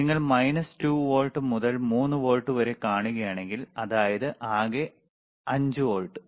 നിങ്ങൾ minus 2 volt മുതൽ 3 volt വരെ കാണുകയാണെങ്കിൽ അതായത് ആകെ 5 വോൾട്ട്